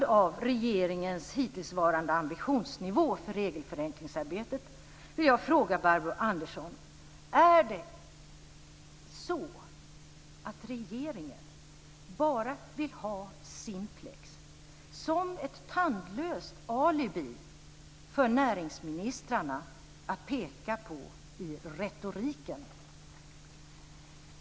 Barbro Andersson Öhrn: Är det så att regeringen bara vill ha Simplex som ett tandlöst alibi för näringsministrarna att peka på i retoriken?